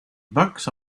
bucks